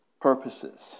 purposes